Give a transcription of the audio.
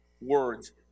words